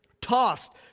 tossed